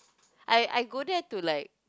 I I go there to like